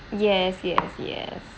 yes yes yes